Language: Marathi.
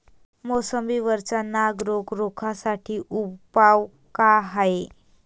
मोसंबी वरचा नाग रोग रोखा साठी उपाव का हाये?